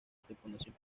fecundación